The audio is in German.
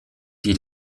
die